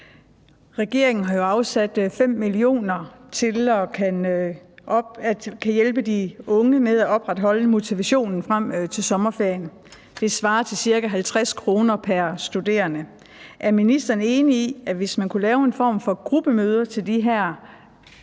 Regeringen har jo afsat 5 mio. kr. til at hjælpe de unge med at opretholde motivationen frem til sommerferien. Det svarer til ca. 50 kr. pr. studerende. Er ministeren enig i, at det ville være bedre, hvis man kunne lave en form for gruppemøder til dem her,